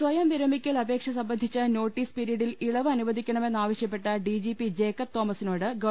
സ്വയം വിരമിക്കൽ അപേക്ഷ സംബന്ധിച്ച നോട്ടീസ് പിരീ ഡിൽ ഇളവ് അനുവദിക്കണമെന്നാവശൃപ്പെട്ട ഡി ജി പി ജേക്കബ് തോമസിനോട് ഗവ